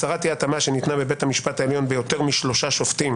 הצהרת אי התאמה שניתנה בבית המשפט העליון ביותר משלושה שופטים